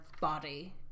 body